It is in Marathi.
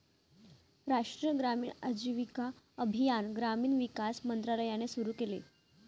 राष्ट्रीय ग्रामीण आजीविका अभियान ग्रामीण विकास मंत्रालयाने सुरू केले